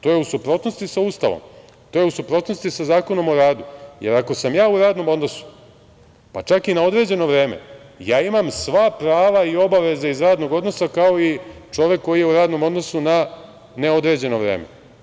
To je u suprotnosti sa Ustavom, to je u suprotnosti sa Zakonom o radu, jer ako sam ja u radnom odnosu, pa čak i na određeno vreme, ja imam sva prava i obaveze iz radnog odnosa kao i čovek koji je u radnom odnosu na neodređeno vreme.